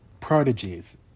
prodigies